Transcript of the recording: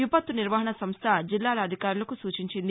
విపత్తు నిర్వహణ సంస్ట జిల్లాల అధికారులకు సూచించింది